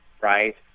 right